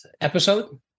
episode